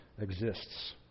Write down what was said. exists